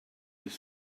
this